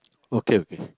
okay okay